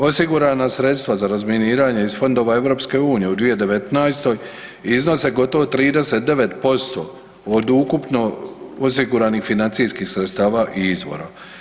Osigurana sredstva za razminiranje iz fondova EU u 2019.-toj iznose gotovo 39% od ukupno osiguranih financijskih sredstava i izvora.